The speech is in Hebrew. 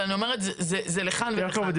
אבל אני אומרת - זה לכאן ולכאן.